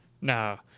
No